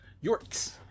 York's